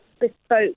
bespoke